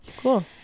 cool